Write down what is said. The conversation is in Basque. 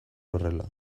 horrela